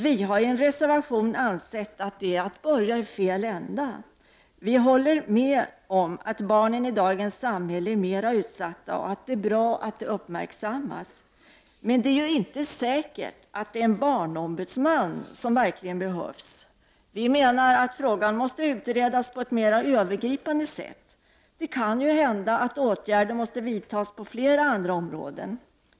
Vi har i en reservation påpekat att det är att börja i fel ända. Vi håller med om att barnen i dagens samhälle är mera utsatta och att det är bra att detta uppmärksammas, men det är ju inte säkert att vad som verkligen behövs är en barnombudsman. Vi menar att frågan måste utredas på ett mera övergripande sätt. Det kan ju hända att åtgärder måste vidtas på flera andra områden.